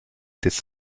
des